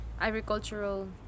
agricultural